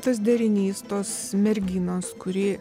tas derinys tos merginos kuri